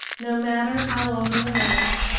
no matter how long the night,